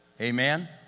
Amen